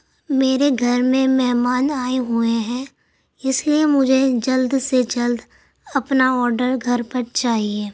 میرے گھر میں مہمان آئے ہوئے ہیں اِس لیے مجھے جلد سے جلد اپنا آڈر گھر پر چاہیے